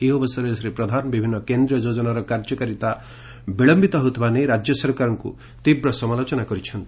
ଏହି ଅବସରରେ ଶ୍ରୀ ପ୍ରଧାନ ବିଭିନ୍ କେନ୍ଦ୍ରୀୟ ଯୋଜନାର କାର୍ଯ୍ୟକାରିତ ବିଳୟିତ ହେଉଥିବା ନେଇ ରାଜ୍ୟ ସରକାରଙ୍କୁ ସମାଲୋଚନା କରିଛନ୍ତି